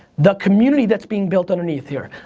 the community that's being built underneath here.